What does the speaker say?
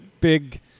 big